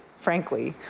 frankly,